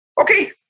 okay